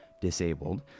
disabled